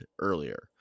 earlier